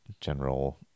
General